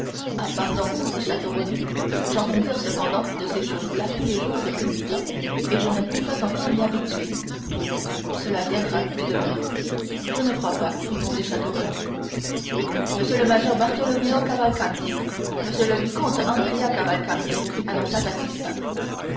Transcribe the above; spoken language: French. ah pardon dit château renaud j'entends dire cependant de ces choses-là tous les jours depuis huit ans et je ne puis pas encore m'y habituer cela viendra dit debray je ne crois pas répondit château renaud m le major bartolomeo cavalcanti m le vicomte andrea cavalcanti annonça baptistin